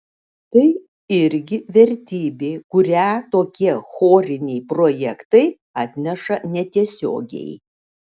tai irgi vertybė kurią tokie choriniai projektai atneša netiesiogiai